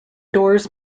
doors